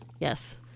yes